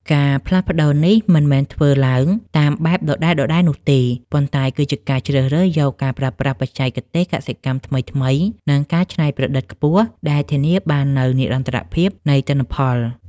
ការផ្លាស់ប្តូរនេះមិនមែនធ្វើឡើងតាមបែបដដែលៗនោះទេ ប៉ុន្តែគឺជាការជ្រើសរើសយកការប្រើប្រាស់បច្ចេកទេសកសិកម្មថ្មីៗ និងការច្នៃប្រឌិតខ្ពស់ដែលធានាបាននូវនិរន្តរភាពនៃទិន្នផល។